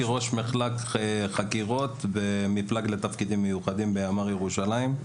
הייתי ראש מחלק חקירות במפלג לתפקידים מיוחדים בימ״ר ירושלים,